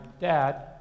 dad